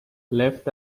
left